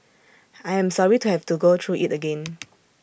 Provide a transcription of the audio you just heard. I am sorry to have to go through IT again